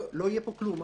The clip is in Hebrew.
לא יהיה פה כלום.